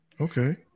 Okay